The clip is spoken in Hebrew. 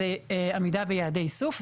זה עמידה ביעדי איסוף,